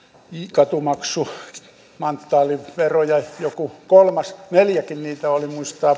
katumaksu manttaalivero ja joku kolmas neljäskin niitä oli muistaa